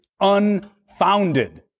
unfounded